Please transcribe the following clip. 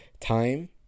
time